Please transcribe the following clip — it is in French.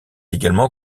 également